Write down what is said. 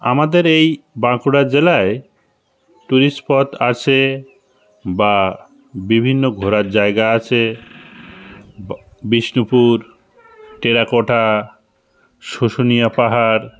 আমাদের এই বাঁকুড়া জেলায় টুরিস্ট স্পট আছে বা বিভিন্ন ঘোরার জায়গা আছে বো বিষ্ণুপুর টেরাকোটা শুশুনিয়া পাহাড়